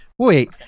Wait